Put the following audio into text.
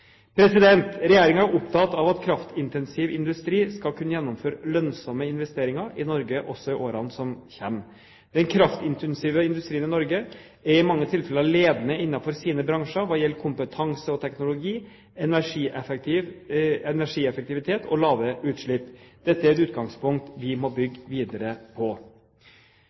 er opptatt av at kraftintensiv industri skal kunne gjennomføre lønnsomme investeringer i Norge også i årene som kommer. Den kraftintensive industrien i Norge er i mange tilfeller ledende innenfor sine bransjer hva gjelder kompetanse og teknologi, energieffektivitet og lave utslipp. Dette er et utgangspunkt vi må bygge videre på.